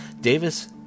Davis